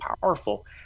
powerful